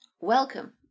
Welcome